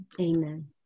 amen